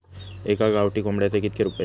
एका गावठी कोंबड्याचे कितके रुपये?